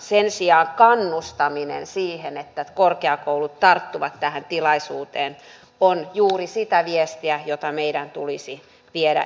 sen sijaan kannustaminen siihen että korkeakoulut tarttuvat tähän tilaisuuteen on juuri sitä viestiä jota meidän tulisi viedä eteenpäin